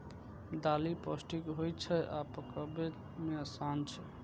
दालि पौष्टिक होइ छै आ पकबै मे आसान छै